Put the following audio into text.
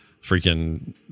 freaking